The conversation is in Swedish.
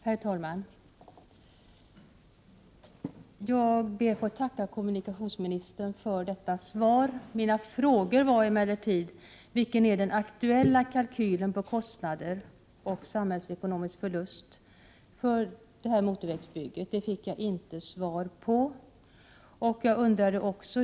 Herr talman! Jag ber att få tacka kommunikationsministern för detta svar. Mina frågor var emellertid: Vilken är den aktuella kalkylen på kostnader och samhällsekonomisk förlust för motorvägsbygget Stenungsund-Uddevalla?